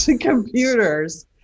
computers